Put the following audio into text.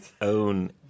own